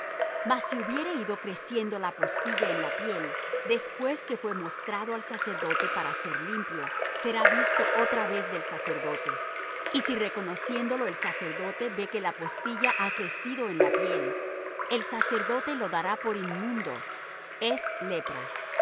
mas si hubiere ido creciendo la postilla en la piel después que fué mostrado al sacerdote para ser limpio será visto otra vez del sacerdote y si reconociéndolo el sacerdote ve que la postilla ha crecido en la piel el sacerdote lo dará por inmundo es lepra